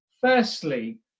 Firstly